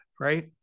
right